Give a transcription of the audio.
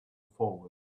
forward